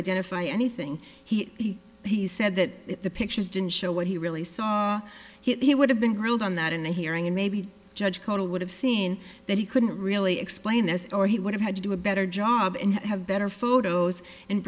identify anything he said that if the pictures didn't show what he really saw he would have been grilled on that in a hearing and maybe judge conal would have seen that he couldn't really explain this or he would have had to do a better job and have better photos and